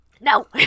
No